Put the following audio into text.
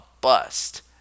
bust